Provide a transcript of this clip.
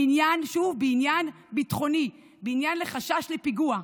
בעניין שהוא עניין ביטחוני, בגלל חשש לפיגוע,